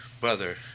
Brother